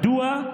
מדוע?